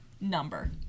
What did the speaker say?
number